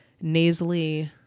nasally